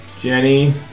Jenny